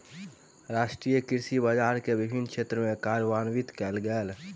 राष्ट्रीय कृषि बजार के विभिन्न क्षेत्र में कार्यान्वित कयल गेल